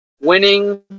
winning